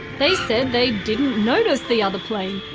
they said they didn't notice the other plane,